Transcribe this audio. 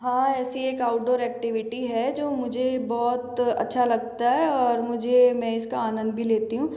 हाँ ऐसी एक आउटडोर एक्टिविटी है जो मुझे बहुत अच्छा लगता है और मुझे मैं इसका आनंद भी लेती हूँ